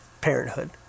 parenthood